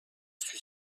suis